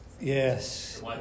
Yes